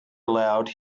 allowed